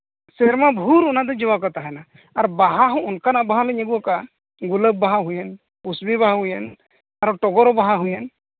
ᱥᱮᱨᱢᱟ ᱵᱷᱩᱨ ᱚᱱᱟ ᱫᱚ ᱡᱚ ᱟᱠᱟᱜᱮ ᱜᱮ ᱛᱟᱦᱮᱱᱟ ᱟᱨ ᱵᱟᱦᱟ ᱦᱚᱸ ᱚᱱᱠᱟᱱᱟᱜ ᱵᱟᱦᱟ ᱞᱤᱧ ᱟᱹᱜᱩ ᱟᱠᱟᱜᱼᱟ ᱜᱩᱞᱟᱹᱵ ᱵᱟᱦᱟ ᱦᱩᱭᱮᱱ ᱠᱩᱥᱵᱤ ᱵᱟᱦᱟ ᱦᱩᱭᱮᱱ ᱟᱨᱚ ᱴᱚᱜᱚᱨ ᱵᱟᱦᱟ ᱦᱩᱭᱮᱱ